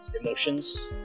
emotions